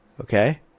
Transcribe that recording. Okay